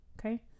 okay